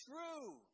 true